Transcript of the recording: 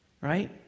right